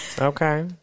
Okay